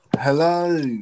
hello